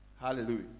Hallelujah